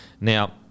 now